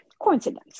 coincidence